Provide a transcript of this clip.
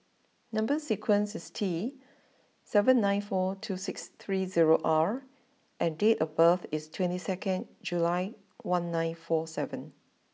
number sequence is T seven nine four two six three zero R and date of birth is twenty second July one nine four seven